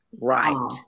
Right